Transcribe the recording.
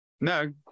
No